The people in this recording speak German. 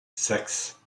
sechs